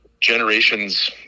generations